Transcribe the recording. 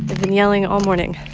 been yelling all morning